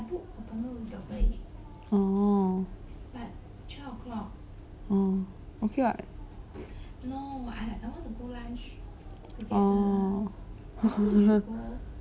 oh oh okay [what] oh